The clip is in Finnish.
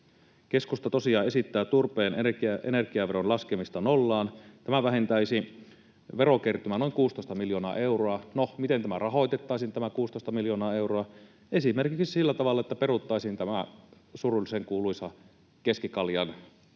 Keskusta tosiaan esittää turpeen energiaveron laskemista nollaan. Tämä vähentäisi verokertymää noin 16 miljoonaa euroa. No, miten rahoitettaisiin tämä 16 miljoonaa euroa? Esimerkiksi sillä tavalla, että peruttaisiin tämä surullisen kuuluisa keskikaljan veroale.